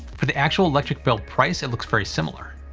for the actual electric bill price it looks very similar.